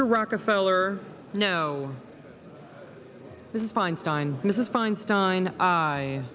to rockefeller no this is feinstein mrs feinstein i